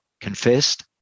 confessed